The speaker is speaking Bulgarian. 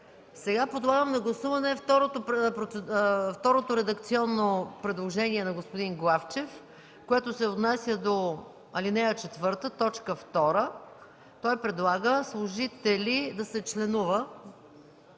Подлагам на гласуване второто редакционно предложение на господин Главчев, което се отнася до ал. 4, т. 2. Той предлага „служители” да се членува